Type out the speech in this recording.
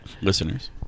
listeners